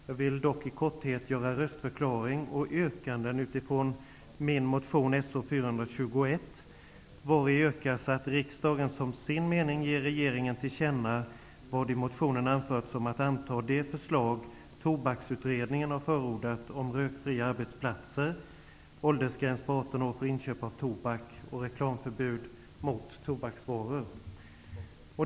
Jag vill dock i korthet avge röstförklaring och yrkanden utifrån min motion So421 vari yrkas att riksdagen som sin mening ger regeringen till känna vad i motionen anförts om att anta de förslag som Tobaksutredningen har förordat om rökfria arbetsplatser, åldersgräns på 18 år för inköp av tobak och reklamförbud mot tobaksvaror.